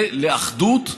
זה אחדות,